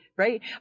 right